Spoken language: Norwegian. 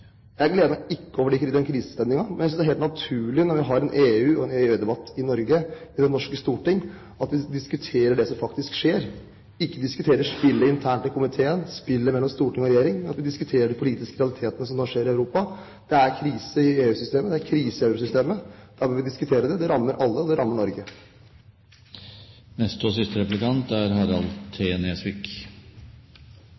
Jeg gleder meg ikke over den krisestemningen, men jeg synes det er helt naturlig når vi har en EU/EØS-debatt i Norge, i det norske storting, at vi diskuterer det som faktisk skjer og ikke diskuterer spillet internt i komiteen, spillet mellom storting og regjering, men at vi diskuterer de politiske realitetene som nå skjer i Europa. Det er krise i EU-systemet, det er krise i eurosystemet. Da må vi diskutere det. Det rammer alle, det rammer Norge. Bakgrunnen for min replikk er